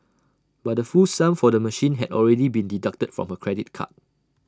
but the full sum for the machine had already been deducted from her credit card